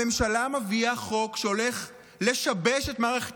הממשלה מביאה חוק שהולך לשבש את מערכת